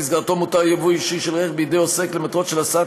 ובמסגרתו מותר יבוא אישי של רכב בידי עוסק למטרות של הסעת